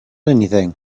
anything